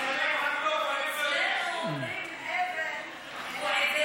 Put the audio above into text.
אצלנו אומרים: אבן הוא עיוור.